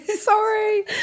Sorry